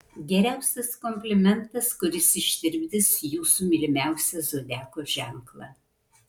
geriausias komplimentas kuris ištirpdys jūsų mylimiausią zodiako ženklą